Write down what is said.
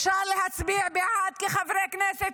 אפשר להצביע בעד כחברי כנסת,